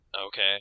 Okay